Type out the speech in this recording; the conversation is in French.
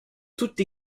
toute